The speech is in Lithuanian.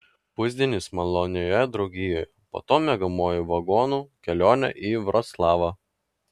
pusdienis malonioje draugijoje po to miegamuoju vagonu kelionė į vroclavą